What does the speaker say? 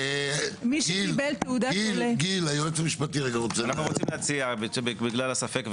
אנו רוצים להציע בגלל הספק,